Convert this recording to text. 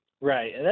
Right